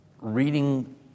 Reading